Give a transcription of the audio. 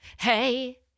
hey